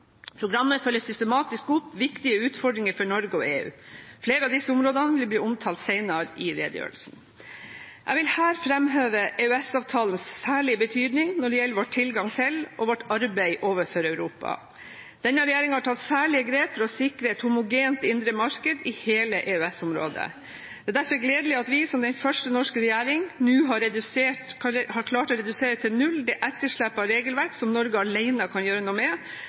Programmet følger systematisk opp viktige utfordringer for Norge og EU. Flere av disse områdene vil bli omtalt senere i denne redegjørelsen. Jeg vil her fremheve EØS-avtalens særlige betydning når det gjelder vår tilgang til og vårt arbeid overfor Europa. Denne regjeringen har tatt særlige grep for å sikre et homogent indre marked i hele EØS-området. Det er derfor gledelig at vi, som den første norske regjering, nå har klart å redusere til null det etterslepet av regelverk som Norge alene kan gjøre noe med,